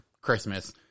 Christmas